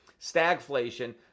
stagflation